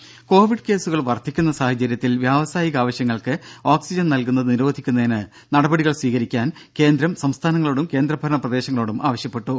ദേദ കോവിഡ് കേസുകൾ വർദ്ധിക്കുന്ന സാഹചര്യത്തിൽ വ്യാവസായിക ആവശ്യങ്ങൾക്ക് ഓക്സിജൻ നൽകുന്നത് നിരോധിക്കുന്നതിന് നടപടികൾ സ്വീകരിക്കാൻ കേന്ദ്രം സംസ്ഥാനങ്ങളോടും കേന്ദ്രഭരണ പ്രദേശങ്ങളോടും ആവശ്യപ്പെട്ടു